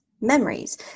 memories